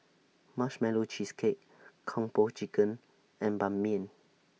Marshmallow Cheesecake Kung Po Chicken and Ban Mian